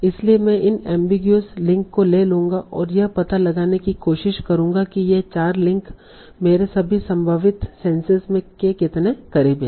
इसलिए मैं इन अनएमबीगुइस लिंक को ले जाऊंगा और यह पता लगाने की कोशिश करूंगा कि ये चार लिंक मेरे सभी संभावित सेंसेस के कितने करीब हैं